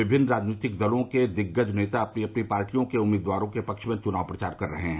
विभिन्न राजनैतिक दलों के दिग्गज नेता अपनी अपनी पार्टियों के उम्मीदवारों के पक्ष में चुनाव प्रचार कर रहे हैं